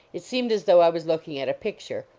it seemed as though i was looking at a picture,